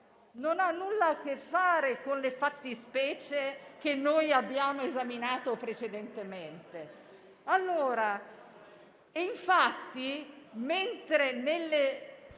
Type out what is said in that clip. non ha nulla a che fare con le fattispecie che noi abbiamo esaminato precedentemente.